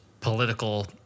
political